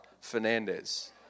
Fernandez